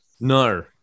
No